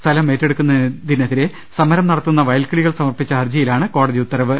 സ്ഥലമേറ്റെടുക്കുന്നതി നെതിരെ സമരം നടത്തുന്ന വയൽക്കിളികൾ സമർപ്പിച്ച ഹർജിയിലാണ് കോടതി ഉത്തരവ്